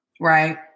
right